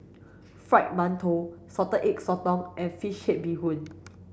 fried mantou salted egg sotong and fish head bee hoon